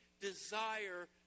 desire